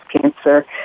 cancer